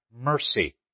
mercy